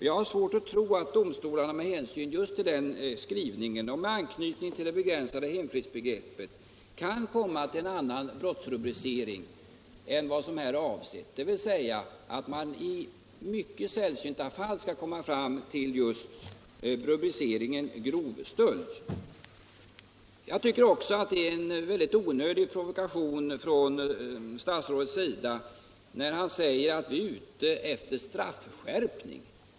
Jag har svårt att tro att domstolarna med hänsyn till den skrivningen och med anknytning till hemfridsbegreppet kan komma till en annan brottsrubricering än vad som här är avsett och som alltså innebär att man i undantagsfall skall komma fram till rubriceringen grov stöld. Jag tycker också att det är en onödig provokation från herr statsrådets sida när han säger att vi är ute efter straffskärpning.